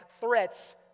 threats